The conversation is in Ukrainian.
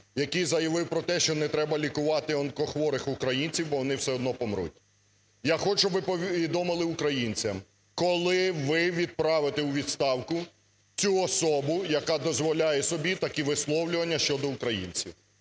який заявив про те, що не треба лікувати онкохворих українців, бо вони все одно помруть. Я хочу, щоб ви повідомили українцям, коли ви відправите у відставку цю особу, яка дозволяє собі такі висловлювання щодо українців.